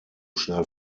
schnell